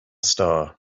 star